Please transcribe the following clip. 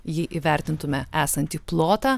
jį įvertintumėme esantį plotą